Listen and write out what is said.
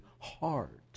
heart